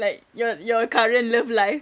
like your your current love life